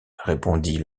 répondit